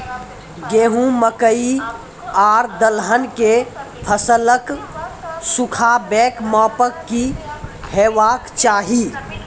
गेहूँ, मकई आर दलहन के फसलक सुखाबैक मापक की हेवाक चाही?